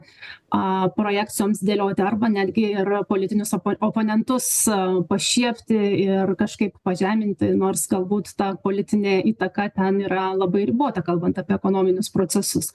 aaa projekcijoms dėlioti arba netgi ir politinius oponentus pašiepti ir kažkaip pažeminti nors galbūt ta politinė įtaka ten yra labai ribota kalbant apie ekonominius procesus